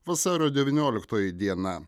vasario devynioliktoji diena